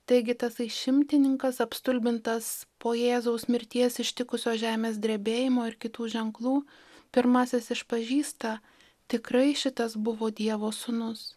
taigi tasai šimtininkas apstulbintas po jėzaus mirties ištikusio žemės drebėjimo ir kitų ženklų pirmasis išpažįsta tikrai šitas buvo dievo sūnus